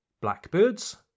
blackbirds